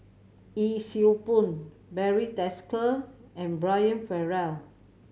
Yee Siew Pun Barry Desker and Brian Farrell